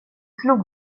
slog